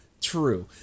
True